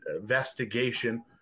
investigation